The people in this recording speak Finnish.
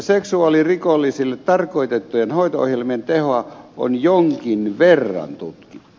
seksuaalirikollisille tarkoitettujen hoito ohjelmien tehoa on jonkin verran tutkittu